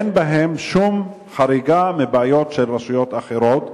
ואין בהן שום חריגה מבעיות של רשויות אחרות.